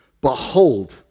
Behold